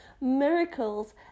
miracles